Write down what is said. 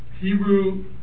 Hebrew